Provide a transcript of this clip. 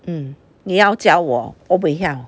mm 你要教我 wa-buay-hiao